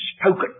spoken